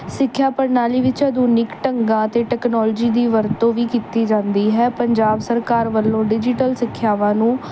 ਸਿੱਖਿਆ ਪ੍ਰਣਾਲੀ ਵਿੱਚ ਆਧੁਨਿਕ ਢੰਗਾਂ ਅਤੇ ਟੈਕਨੋਲੋਜੀ ਦੀ ਵਰਤੋਂ ਵੀ ਕੀਤੀ ਜਾਂਦੀ ਹੈ ਪੰਜਾਬ ਸਰਕਾਰ ਵੱਲੋਂ ਡਿਜੀਟਲ ਸਿੱਖਿਆਵਾਂ ਨੂੰ